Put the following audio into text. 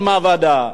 במסקנותיה,